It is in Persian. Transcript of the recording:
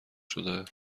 شده